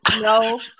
No